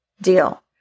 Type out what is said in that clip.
deal